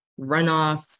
runoff